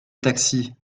taxi